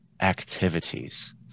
activities